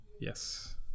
Yes